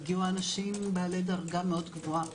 הגיעו אנשים בעלי דרגה מאוד גבוהה,